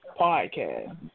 Podcast